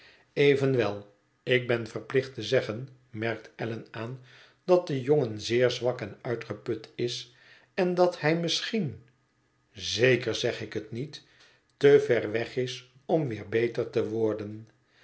evenwel ik ben verplicht te zeggen merkt allan aan dat de jongen zeer zwak en uitgeput is en dat hij misschien zeker zeg ik het niet te ver weg is om weer beter te worden